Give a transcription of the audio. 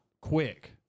quick